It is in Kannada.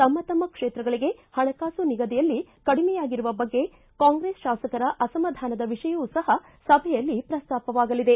ತಮ್ಮ ತಮ್ಮ ಕ್ಷೇತ್ರಗಳಿಗೆ ಹಣಕಾಸು ನಿಗದಿಯಲ್ಲಿ ಕಡಿಮೆಯಾಗಿರುವ ಬಗ್ಗೆ ಕಾಂಗ್ರೆಸ್ ಶಾಸಕರ ಅಸಮಾಧಾನದ ವಿಷಯವೂ ಸಹ ಸಭೆಯಲ್ಲಿ ಪ್ರಸ್ತಾಪವಾಗಲಿದೆ